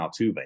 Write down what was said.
Altuve